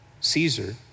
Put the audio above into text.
Caesar